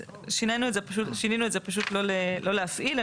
שינינו את זה לא להפעיל,